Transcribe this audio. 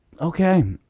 okay